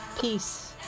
Peace